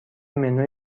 منو